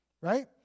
right